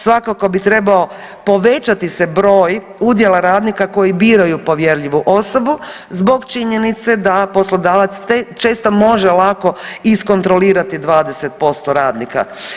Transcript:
Svakako bi trebao povećati se broj udjela radnika koji biraju povjerljivu osobu zbog činjenice da poslodavac često može lako iskontrolirati 20% radnika.